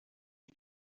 you